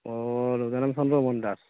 মোৰ দেউতাৰ নাম চন্দ্ৰমোহন দাস